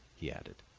he added.